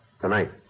Tonight